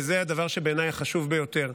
וזה הדבר שבעיניי הוא החשוב ביותר,